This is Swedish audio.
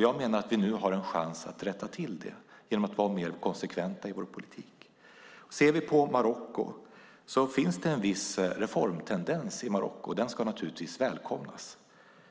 Jag menar att vi nu har en chans att rätta till det genom att vara mer konsekventa i vår politik. Om vi ser på Marocko ser vi en viss reformtendens. Den ska naturligtvis välkomnas.